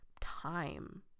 time